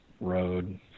road